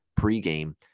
pregame